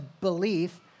belief